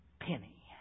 penny